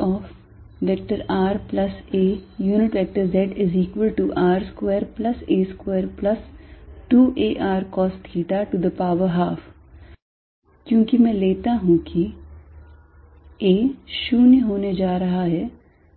razr2a22arcosθ12 क्योंकि मैं लेता हूँ कि a 0 होने जा रहा है